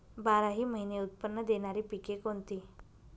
बाराही महिने उत्त्पन्न देणारी पिके कोणती?